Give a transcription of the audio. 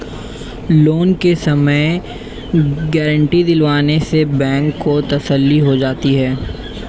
loan के समय guarantee दिलवाने से बैंक को तसल्ली हो जाती है